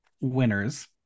winners